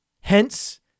Hence